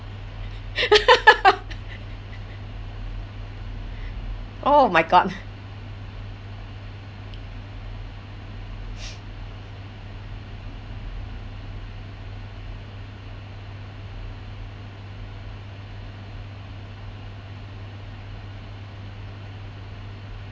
oh my god